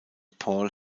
paul